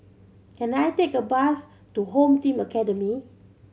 can I take a bus to Home Team Academy